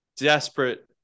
desperate